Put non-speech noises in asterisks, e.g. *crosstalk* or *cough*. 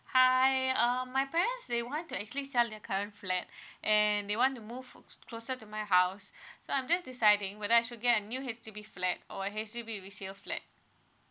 hi um my parents say want to actually sell their current flat *breath* and they want to move closer to my house *breath* so I'm just deciding whether I should get a new H_D_B flat or H_D_B resale flat